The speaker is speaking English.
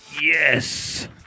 Yes